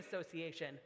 association